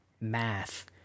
Math